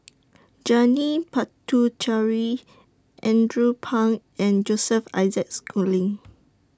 Janil Puthucheary Andrew Phang and Joseph Isaac Schooling